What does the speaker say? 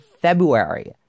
February